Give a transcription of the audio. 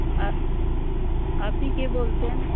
আপনি কে বলছেন